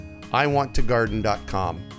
iwanttogarden.com